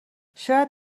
شاید